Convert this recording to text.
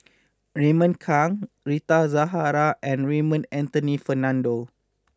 Raymond Kang Rita Zahara and Raymond Anthony Fernando